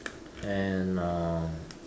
and uh